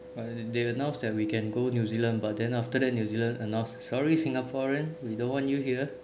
they announced that we can go new zealand but then after that new zealand announced sorry singaporean we don't want you here